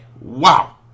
Wow